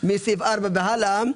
מסעיף 4 והלאה,